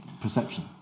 perception